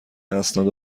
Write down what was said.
اسناد